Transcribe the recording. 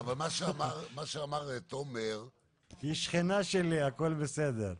היא שכנה שלי, הכל בסדר.